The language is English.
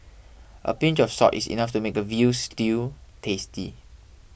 a pinch of salt is enough to make a Veal Stew tasty